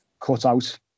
cutout